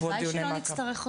הלוואי שלא נצטרך אותו.